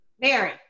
Mary